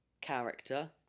character